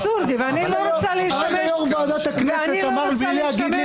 יושב-ראש ועדת הכנסת אמר לי בלי להגיד לי